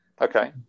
Okay